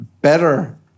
Better